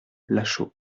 lachaud